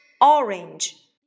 orange